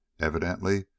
evidently